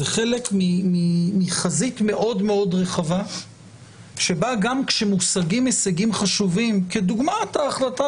זה חלק מחזית מאוד-מאוד רחבה שבה גם כשמושגים הישגים חשובים כדוגמת ההחלטה